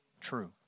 true